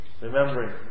remembering